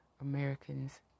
Americans